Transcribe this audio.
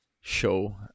show